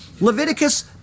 Leviticus